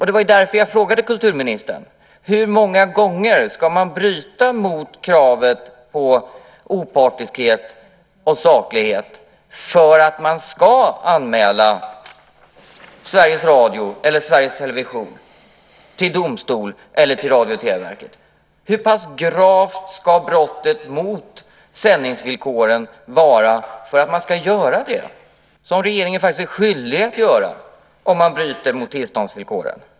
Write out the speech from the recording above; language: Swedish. Det var därför jag frågade kulturministern: Hur många gånger ska man bryta mot kravet på opartiskhet och saklighet för att man ska anmäla Sveriges Radio eller Sveriges Television till domstol eller till Radio och TV-verket? Hur gravt ska brottet mot sändningsvillkoren vara för att man ska göra det som regeringen faktiskt är skyldig att göra om man bryter mot tillståndsvillkoren?